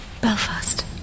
Belfast